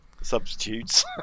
substitutes